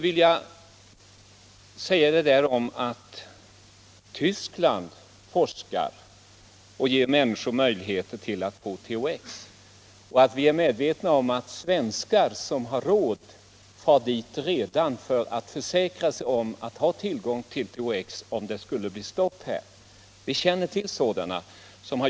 I Tyskland forskar man och ger människor möjligheter att få THX, och vi är medvetna om att svenskar som har råd far dit redan för att försäkra sig om att ha tillgång till preparatet, om det skulle bli stopp här hemma.